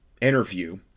interview